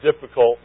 difficult